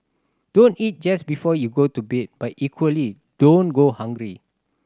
don't eat just before you go to bed but equally don't go hungry